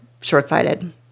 short-sighted